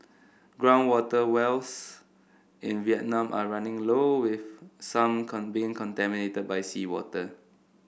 ground water wells in Vietnam are running low with some contaminated by seawater